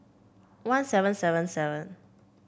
one seven seven seven